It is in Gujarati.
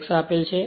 X આપેલ છે